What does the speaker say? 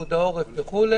פיקוד העורף וכו'